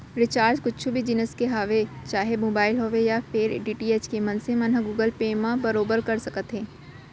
recharge कुछु भी जिनिस के होवय चाहे मोबाइल होवय या फेर डी.टी.एच के मनसे मन ह गुगल पे म बरोबर कर सकत हे